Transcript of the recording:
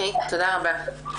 תודה רבה.